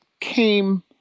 came